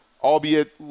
albeit